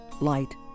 light